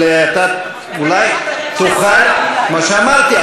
כמו שאמרתי,